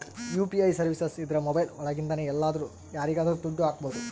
UPI services ಇದ್ರ mobile ಒಳಗಿಂದನೆ ಎಲ್ಲಾದ್ರೂ ಯಾರಿಗಾದ್ರೂ ದುಡ್ಡು ಹಕ್ಬೋದು